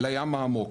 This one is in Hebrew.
לים העמוק.